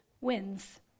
wins